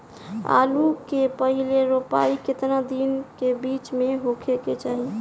आलू क पहिला रोपाई केतना दिन के बिच में होखे के चाही?